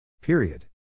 Period